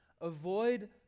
avoid